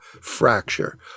fracture